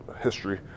history